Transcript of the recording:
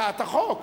על הצעת החוק.